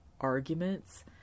arguments